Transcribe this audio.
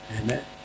Amen